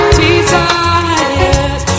desires